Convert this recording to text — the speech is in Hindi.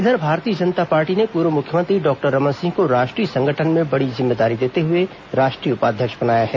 इधर भारतीय जनता पार्टी ने पूर्व मुख्यमंत्री रमन सिंह को राष्ट्रीय संगठन में बड़ी जिम्मेदारी देते हुए राष्ट्रीय उपाध्यक्ष बनाया है